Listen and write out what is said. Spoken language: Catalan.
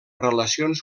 relacions